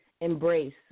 embrace